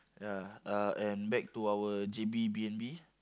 ya uh and back to our J_B B_N_B